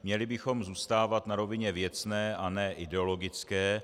Měli bychom zůstávat na rovině věcné a ne ideologické.